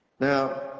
Now